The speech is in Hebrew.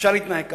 אפשר להתנהג כך.